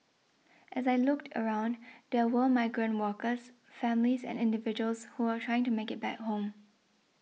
as I looked around there were migrant workers families and individuals who were trying to make it back home